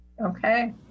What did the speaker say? okay